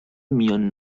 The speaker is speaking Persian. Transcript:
میان